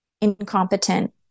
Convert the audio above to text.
incompetent